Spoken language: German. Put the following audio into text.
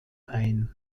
ein